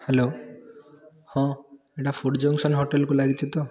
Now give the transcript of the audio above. hello ହଁ ଏଇଟା food junction ହୋଟେଲ୍କୁ ଲାଗିଛି ତ